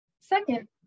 Second